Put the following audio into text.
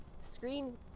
screen